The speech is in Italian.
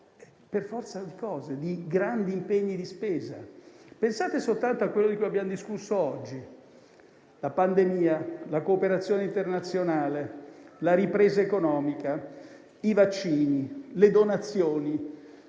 per forza di cose un'epoca di grandi impegni di spesa. Pensate soltanto a quello di cui abbiamo discusso oggi: la pandemia, la cooperazione internazionale, la ripresa economica, i vaccini e le donazioni.